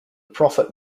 prophet